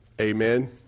Amen